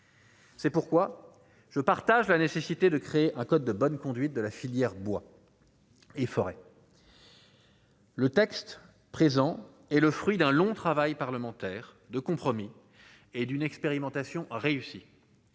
C'est pourquoi je partage la nécessité de créer un code de bonne conduite de la filière bois et forêts, le texte présent est le fruit d'un long travail parlementaire de compromis et d'une expérimentation réussie,